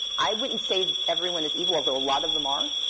i wouldn't say everyone is evil, although a lot of them are.